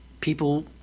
people